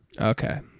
Okay